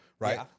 Right